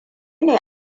ne